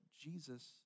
Jesus